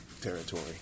territory